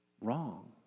Wrong